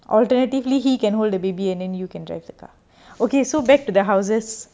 alternatively he can hold the baby and then you can drive the car okay so back to the houses